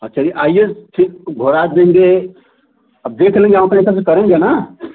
हाँ चलिए आइए फिर भोराज देंगे अब देख लेंगे हम अपने हिसाब से करेंगे ना